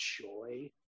joy